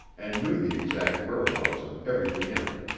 and knew the exact whereabouts of everything in it.